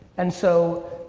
and so,